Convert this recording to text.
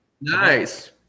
Nice